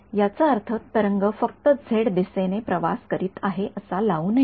याचा अर्थ तरंग फक्त झेड दिशेने प्रवास करीत आहे असा लावू नये